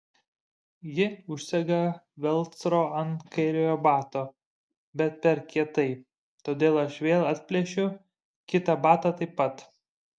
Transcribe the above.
ji užsega velcro ant kairiojo bato bet per kietai todėl aš vėl atplėšiu kitą batą taip pat